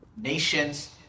nations